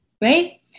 right